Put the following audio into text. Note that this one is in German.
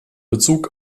bezug